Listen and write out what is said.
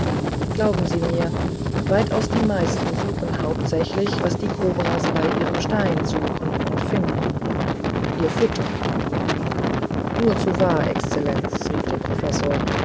glauben sie mir weitaus die meisten suchen hauptsächlich was die kobras bei ihrem stein suchen und finden ihr futter nur zu wahr exzellenz rief der professor